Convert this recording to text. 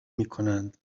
میکنند